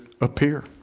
appear